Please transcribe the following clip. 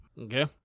okay